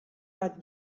bat